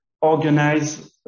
organize